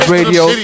Radio